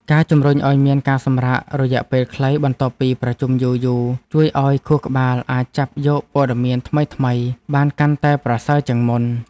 ការជំរុញឱ្យមានការសម្រាករយៈពេលខ្លីបន្ទាប់ពីប្រជុំយូរៗ ជួយឱ្យខួរក្បាលអាចចាប់យកព័ត៌មានថ្មីៗបានកាន់តែប្រសើរជាងមុន។